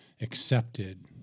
accepted